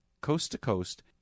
coast-to-coast